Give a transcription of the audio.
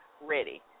ready